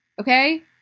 okay